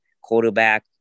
Quarterback